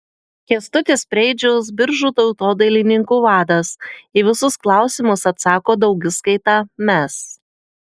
kęstutis preidžius biržų tautodailininkų vadas į visus klausimus atsako daugiskaita mes